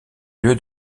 lieu